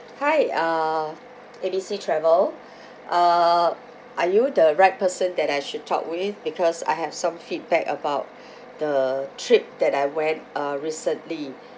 hi uh A B C travel uh are you the right person that I should talk with because I have some feedback about the trip that I went uh recently